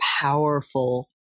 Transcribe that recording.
powerful